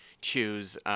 choose